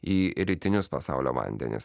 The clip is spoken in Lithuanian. į rytinius pasaulio vandenis